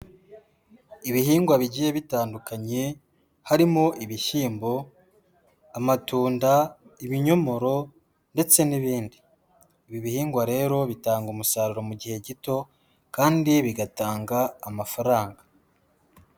Ibihingwa bigiye bitandukanye, harimo ibishyimbo, amatunda, ibinyomoro ndetse n'ibindi, ibi bihingwa rero bitanga umusaruro mu gihe gito kandi bigatanga amafaranga.